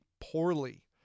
poorly